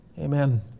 amen